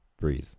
breathe